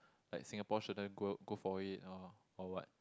like Singapore shouldn't go go for it or or what